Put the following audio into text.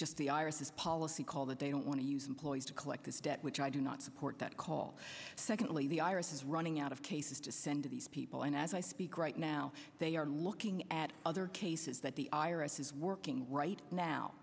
just the irises policy call that they don't want to use employees to collect this debt which i do not support that call secondly the iris is running out of cases to send to these people and as i speak right now they are looking at other cases that the i r s is working right now